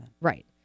right